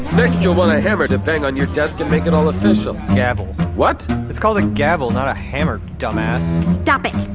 next you'll want a hammer to bang on your desk and make it all official gavel. what? it's called a gavel, not a hammer, dumbass stop it,